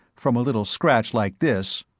from a little scratch like this?